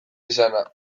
izana